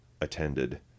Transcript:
attended